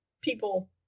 people